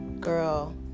Girl